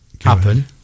happen